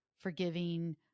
forgiving